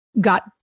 got